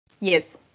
yes